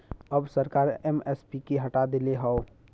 अब सरकार एम.एस.पी के हटा देले हौ